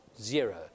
zero